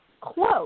close